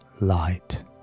light